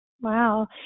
Wow